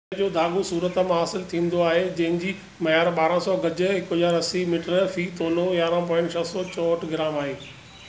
हिन जो धाॻो सूरत मां हासिलु थींदो आहे जंहिं जी मयार ॿारहां सौ गज़ हिकु हज़ार असी मीटर फ़ी तोलो यारहां पॉइंट छह सौ चोहठि ग्राम आहे